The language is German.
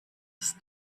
ist